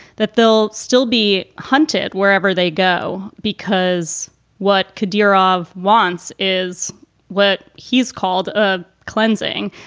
that they'll still be hunted wherever they go because what kadyrov wants is what he's called a cleansing.